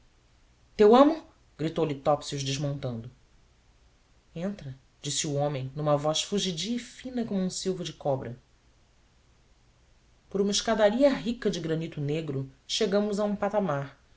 teu amo gritou-lhe topsius desmontando entra disse o homem numa voz fugidia e fina como silvo de cobra por uma escadaria rica de granito negro chegamos a um patamar